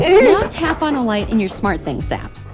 now tap on a light in your smartthings app.